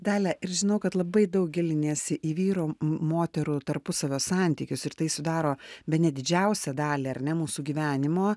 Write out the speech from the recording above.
dalia ir žinau kad labai daug giliniesi į vyrų moterų tarpusavio santykius ir tai sudaro bene didžiausią dalį ar ne mūsų gyvenimo